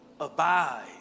Abide